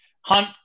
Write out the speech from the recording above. Hunt